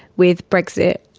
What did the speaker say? with brexit,